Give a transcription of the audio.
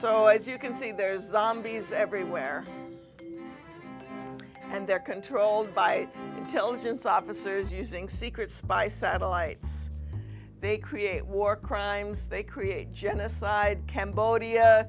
if you can see there's some bees everywhere and they're controlled by intelligence officers using secret spy satellites they create war crimes they create genocide cambodia